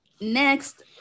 next